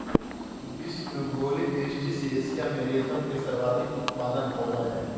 विश्व में भौगोलिक दृष्टि से एशिया में रेशम के सर्वाधिक उत्पादन होबय हइ